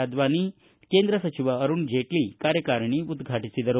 ಆಡ್ವಾಣಿ ಕೇಂದ್ರ ಸಚಿವ ಅರುಣ್ ಜೇಟ್ಲ ಕಾರ್ಯಕಾರಿಣಿ ಉದ್ವಾಟಿಸಿದರು